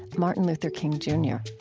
martin luther king jr